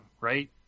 right